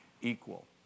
equal